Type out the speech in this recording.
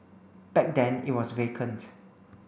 back then it was vacant